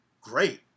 great